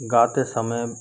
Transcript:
गाते समय